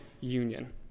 union